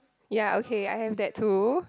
ya okay I have that too